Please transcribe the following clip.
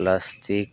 plastic